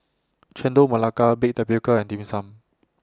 Chendol Melaka Baked Tapioca and Dim Sum